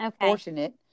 fortunate